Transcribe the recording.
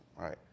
Right